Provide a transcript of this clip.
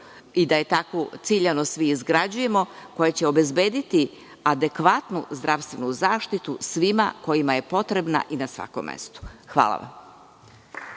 i da je tako ciljano svi izgrađujemo koja će obezbediti adekvatnu zdravstvenu zaštitu svima kojima je potrebna i na svakom mestu. Hvala vam.